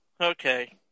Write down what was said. Okay